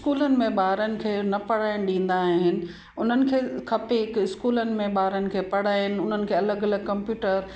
स्कूलनि में ॿारनि खे न पढ़ण ॾींदा आहिनि उन्हनि खे खपे की स्कूलनि में ॿारनि खे पढ़ाइन उन्हनि खे अलॻि अलॻि कंप्यूटर